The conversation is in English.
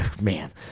man